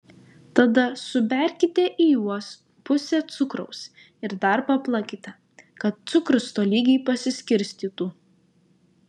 tada suberkite į juos pusę cukraus ir dar paplakite kad cukrus tolygiai pasiskirstytų